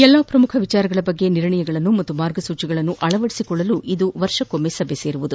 ಎಲ್ಲಾ ಪ್ರಮುಖ ವಿಷಯಗಳ ಕುರಿತ ನಿರ್ಣಯಗಳನ್ನು ಮತ್ತು ಮಾರ್ಗಸೂಚಿಗಳನ್ನು ಅಳವಡಿಸಿಕೊಳ್ಳಲು ಇದು ವರ್ಷಕ್ಕೊಮ್ಮೆ ಸಭೆ ಸೇರುತ್ತದೆ